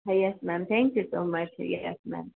હા yes ma'am thank you so much yes ma'am